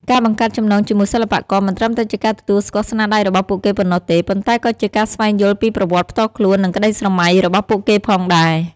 ការបង្កើតចំណងជាមួយសិល្បករ មិនត្រឹមតែជាការទទួលស្គាល់ស្នាដៃរបស់ពួកគេប៉ុណ្ណោះទេ ប៉ុន្តែក៏ជាការស្វែងយល់ពីប្រវត្តិផ្ទាល់ខ្លួន និងក្តីស្រមៃរបស់ពួកគេផងដែរ។